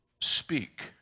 speak